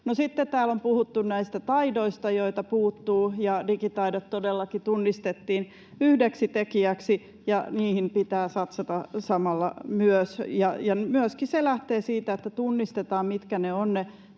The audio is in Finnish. sitten täällä on puhuttu näistä taidoista, joita puuttuu, ja digitaidot todellakin tunnistettiin yhdeksi tekijäksi, ja niihin pitää satsata samalla myös. Ja myöskin se lähtee siitä, että tunnistetaan, mitkä ne